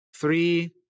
three